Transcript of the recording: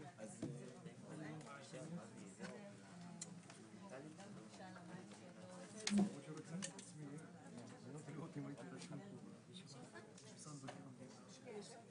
11:08.